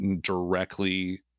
directly